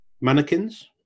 mannequins